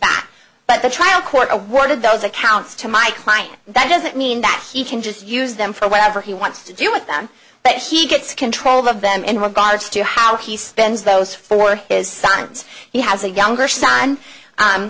back but the trial court awarded those accounts to my client that doesn't mean that he can just use them for whatever he wants to do with them but he gets control of them in regards to how he spends those for his sons he has a younger son